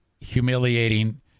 humiliating